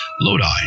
Lodi